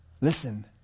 Listen